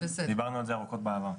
דיברנו על זה ארוכות בעבר.